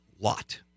lot